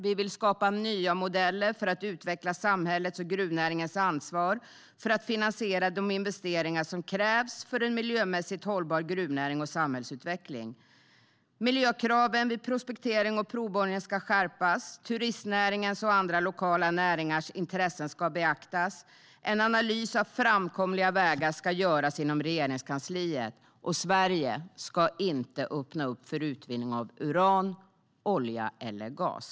Vi vill skapa nya modeller för att utveckla samhällets och gruvnäringens ansvar för att finansiera de investeringar som krävs för en miljömässigt hållbar gruvnäring och samhällsutveckling. Miljökraven vid prospektering och provborrning ska skärpas. Turistnäringens och andra lokala näringars intressen ska beaktas. En analys av framkomliga vägar ska göras inom Regeringskansliet. Sverige ska inte öppna upp för utvinning av uran, olja eller gas.